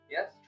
Yes